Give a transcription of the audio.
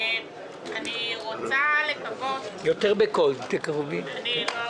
אני רוצה לקוות זה לא